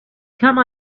come